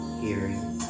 hearing